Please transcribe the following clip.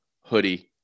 hoodie